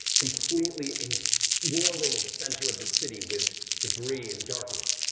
completely enswirling the center of the city with debris and darkness.